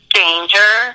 danger